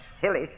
silly